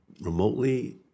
remotely